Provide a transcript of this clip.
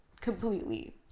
completely